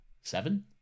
seven